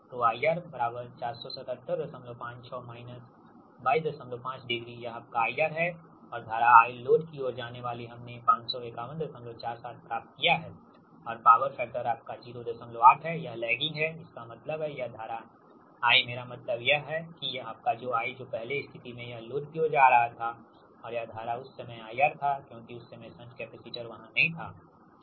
तो IR 47756 225 degree यह आपका IR है और धारा I लोड की ओर जाने वाली हमने 55147 प्राप्त किया हैं और पावर फैक्टर आपका 08 हैयह लैगिंग है इसका मतलब है यह धारा I मेरा मतलब है यह धारा यह आपका I जो की पहली स्थिति मैं यह लोड की ओर जा रहा था और यह धारा उस समय IR था क्योंकि उस समय शंट कैपसिटर वहां नहीं था ठीक